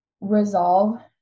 resolve